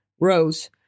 Rose